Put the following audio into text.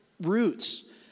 roots